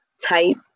type